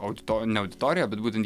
audito ne auditoriją bet būtent